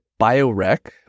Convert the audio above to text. Biorec